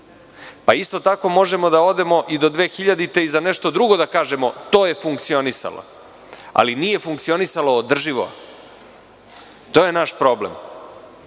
Isto tako možemo da odemo i do 2000. i za nešto drugo da kažemo – to je funkcionisalo. Ali, nije funkcionisalo održivo. To je naš problem